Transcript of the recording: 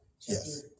yes